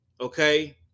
okay